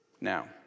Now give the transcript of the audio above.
Now